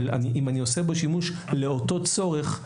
אם אני עושה בו שימוש לאותו צורך,